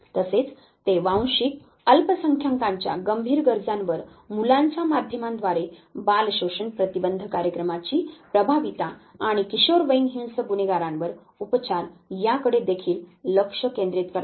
तसेच ते वांशिक अल्पसंख्याकांच्या गंभीर गरजांवर मुलांच्या माध्यमांद्वारे बाल शोषण प्रतिबंध कार्यक्रमाची प्रभावीता आणि किशोरवयीन हिंसक गुन्हेगारांवर उपचार याकडे देखील लक्ष केंद्रित करतात